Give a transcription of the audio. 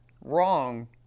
wrong